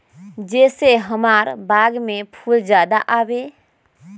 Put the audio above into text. जे से हमार बाग में फुल ज्यादा आवे?